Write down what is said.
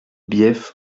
bief